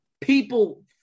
people